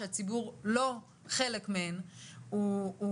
שהציבור לא חלק מהן,